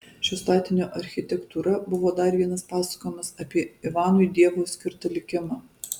šio statinio architektūra buvo dar vienas pasakojimas apie ivanui dievo skirtą likimą